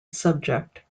subject